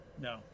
No